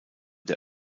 der